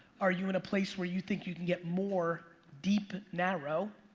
are you in a place where you think you can get more deep narrow,